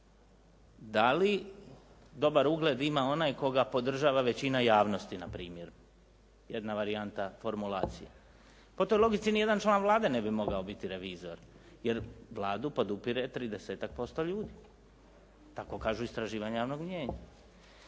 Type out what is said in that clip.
da li dobar ugled ima onaj koga podržava većina javnosti na primjer, jedna varijanta formulacije. Po toj logici nijedan član Vlade ne bi mogao biti revizor jer Vladu podupire tridesetak posto ljudi, tako kažu istraživanja javnog mijenja.